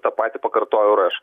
tą patį pakartojau ir aš